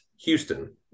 Houston